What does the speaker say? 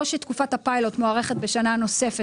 או שתקופת הפיילוט מוארכת בשנה נוספת,